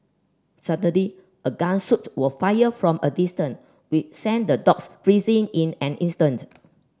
suddenly a gun shot was fired from a distance we sent the dogs freezing in an instant